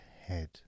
head